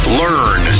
learn